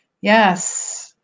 yes